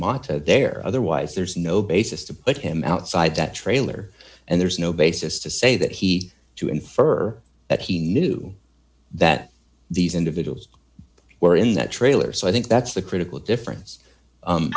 mata there otherwise there's no basis to put him outside that trailer and there's no basis to say that he to infer that he knew that these individuals were in that trailer so i think that's the critical difference